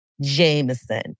Jameson